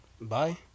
Bye